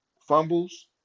fumbles